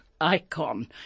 icon